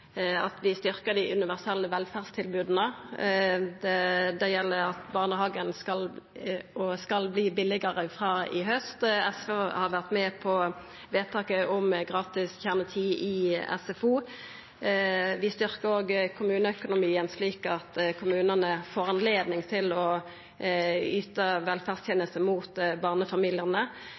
at vi styrkjer dei universelle velferdstilboda. Det gjeld at barnehagane skal verta billegare frå i haust. SV har vore med på vedtaket om gratis kjernetid i SFO. Vi styrkjer òg kommuneøkonomien, slik at kommunane får anledning til å yta velferdstenester til barnefamiliane.